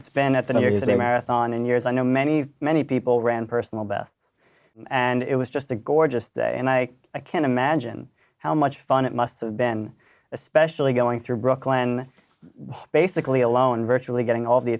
it's been at the new year is a marathon and years i know many many people ran personal bests and it was just a gorgeous the and i can't imagine how much fun it must have been especially going through brooklyn basically alone virtually getting all the